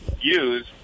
use